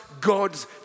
God's